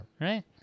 Right